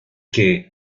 que